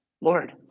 lord